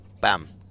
bam